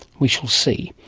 we shall see.